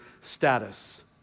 status